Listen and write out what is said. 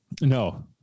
No